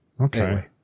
Okay